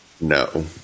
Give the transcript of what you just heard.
No